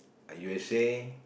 u_s_a